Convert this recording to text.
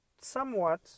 somewhat